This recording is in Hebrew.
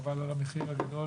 חבל על המחיר הגדול